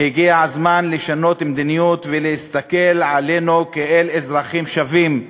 והגיע הזמן לשנות מדיניות ולהסתכל עלינו כעל אזרחים שווים.